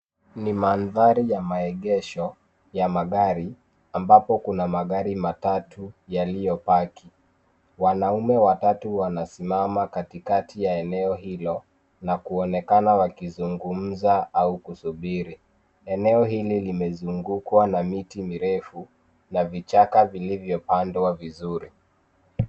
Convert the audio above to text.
Ni mandhari ya maegesho ya magari ambapo kuna magari matatu yaliyopaki. Wanaume watatu wanasimama katikati ya eneo hilo na kuonekana wakizungumza au kusubiri. Eneo hili limezungukwa na miti mirefu na vichaka vilivyopandwa vizuri.